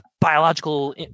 biological